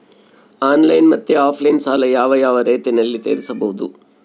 Online ಮತ್ತೆ offline ಸಾಲ ಯಾವ ಯಾವ ರೇತಿನಲ್ಲಿ ತೇರಿಸಬಹುದು?